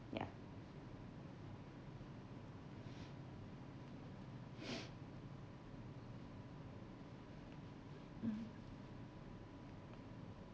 ya mm